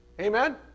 Amen